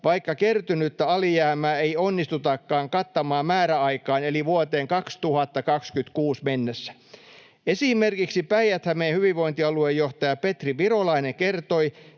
vaikka kertynyttä alijäämää ei onnistutakaan kattamaan määräaikaan eli vuoteen 2026 mennessä. Esimerkiksi Päijät-Hämeen hyvinvointialuejohtaja Petri Virolainen kertoi,